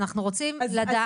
אנחנו רוצים לדעת.